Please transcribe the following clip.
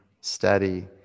steady